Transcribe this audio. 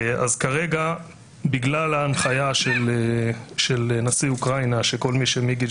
כרגע בגלל ההנחיה של נשיא אוקראינה שכל מי שמגיל